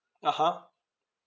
(uh huh)